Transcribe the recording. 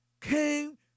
came